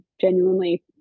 genuinely